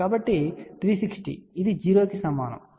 కాబట్టి 360 ఇది 0 కి సమానం అని చెప్పగలను